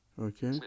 Okay